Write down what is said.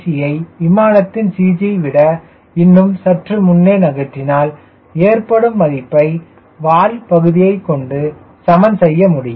c யை விமானத்தின் CG விட இன்னும் சற்று முன்னே நகற்றினால் ஏற்படும் பாதிப்பை வால் பகுதியை கொண்டு சமன் செய்ய வேண்டும்